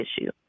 issue